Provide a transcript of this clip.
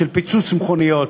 של פיצוץ מכוניות,